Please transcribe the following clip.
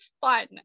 fun